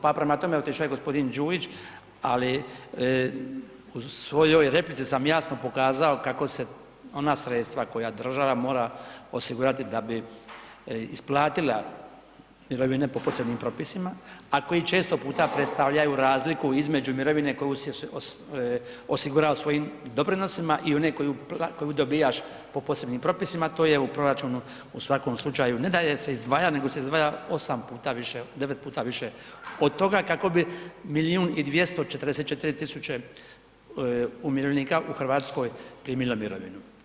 Pa, prema tome, otišo je g. Đujić, ali u svojoj replici sam jasno pokazao kako se ona sredstva koja država mora osigurati da bi isplatila mirovine po posebnim propisima, a koji često puta predstavljaju razliku između mirovine koju je osigurao svojim doprinosima i one koju dobijaš po posebnim propisima, to je u proračunu u svakom slučaju ne da je se izdvaja, nego se izdvaja 8 puta više, 9 puta više od toga kako bi 1 244 000 umirovljenika u RH primilo mirovinu.